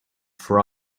for